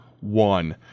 one